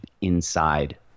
inside